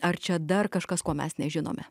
ar čia dar kažkas ko mes nežinome